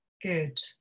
Good